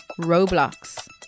Roblox